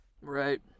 Right